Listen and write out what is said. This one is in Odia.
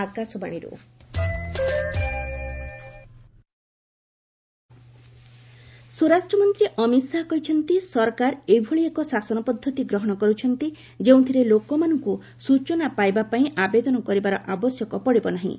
ଅମିତଶାହା ସିଆଇସି ସ୍ୱରାଷ୍ଟ୍ରମନ୍ତ୍ରୀ ଅମିତ ଶାହା କହିଛନ୍ତି ସରକାର ଏଭଳି ଏକ ଶାସନ ପଦ୍ଧତି ଗ୍ରହଣ କରୁଛନ୍ତି ଯେଉଁଥିରେ ଲୋକମାନଙ୍କୁ ସୂଚନା ପାଇବା ପାଇଁ ଆବେଦନ କରିବାର ଆବଶ୍ୟକ ପଡ଼ିବ ନାହିଁ